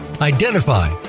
identify